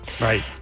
Right